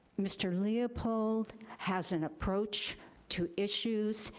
mr. leopold has an approach to issues.